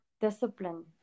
discipline